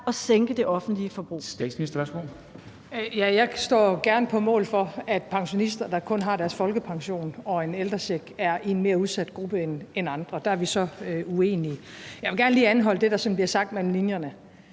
og sænke det offentlige forbrug?